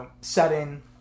setting